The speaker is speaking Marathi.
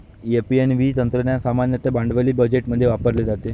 एन.पी.व्ही तंत्रज्ञान सामान्यतः भांडवली बजेटमध्ये वापरले जाते